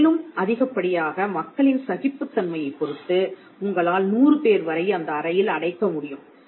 மேலும் அதிகப்படியாக மக்களின் சகிப்புத் தன்மையைப் பொருத்து உங்களால் 100 பேர் வரை அந்த அறையில் அடைக்க முடியும்